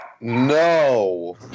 No